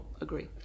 agree